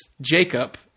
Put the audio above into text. Jacob